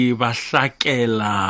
basakela